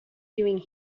doing